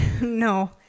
No